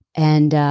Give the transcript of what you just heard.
and